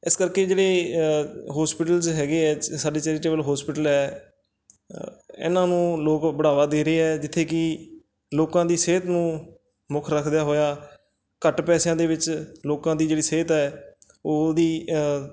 ਇਸ ਕਰਕੇ ਜਿਹੜੇ ਹੋਸਪਿਟਲਸ ਹੈਗੇ ਹੈ ਸ ਸਾਡੇ ਚੈਰੀਟੇਬਲ ਹੋਸਪਿਟਲ ਹੈ ਇਹਨਾਂ ਨੂੰ ਲੋਕ ਬੜਾਵਾ ਦੇ ਰਹੇ ਆ ਜਿੱਥੇ ਕਿ ਲੋਕਾਂ ਦੀ ਸਿਹਤ ਨੂੰ ਮੁੱਖ ਰੱਖਦਿਆਂ ਹੋਇਆਂ ਘੱਟ ਪੈਸਿਆਂ ਦੇ ਵਿੱਚ ਲੋਕਾਂ ਦੀ ਜਿਹੜੀ ਸਿਹਤ ਹੈ ਉਹ ਉਸ ਦੀ